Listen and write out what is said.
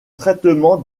traitement